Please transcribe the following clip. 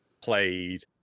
played